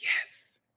Yes